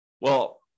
well-